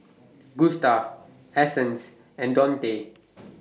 Gusta Essence and Dontae